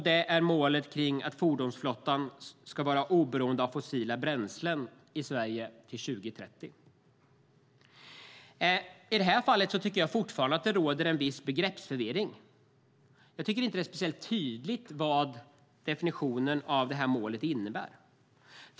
Det är målet om att fordonsflottan ska vara oberoende av fossila bränslen i Sverige 2030. I det här fallet tycker jag fortfarande att det råder en viss begreppsförvirring. Jag tycker inte att det är speciellt tydligt vad definitionen av det här målet innebär.